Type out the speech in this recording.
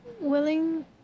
willing